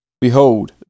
Behold